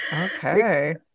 Okay